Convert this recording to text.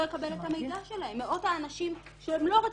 יקבל את המידע שלהם מאות האנשים שהם לא רצידיביסטים,